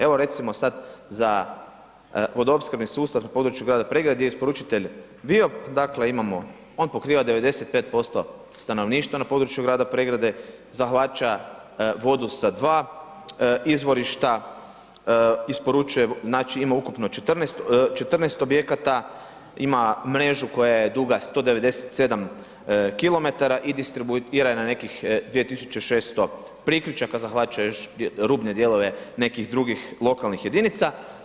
Evo recimo sad za vodoopskrbni sustav na području grada Pregrade, isporučitelj ... dakle imamo, on pokriva 95% stanovništva za području grada Pregrade, zahvaća vodu sa 2 izvorišta, znači ima ukupno 14 objekata, ima mrežu koja je duga 197 km i distribuira ih na nekih 2600 priključaka, zahvaća još rubne dijelove nekih drugih lokalnih jedinica.